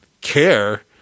care